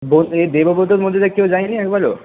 বোস এই দেবব্রতর মধ্যে দিয়ে কেউ যায় নি একবারও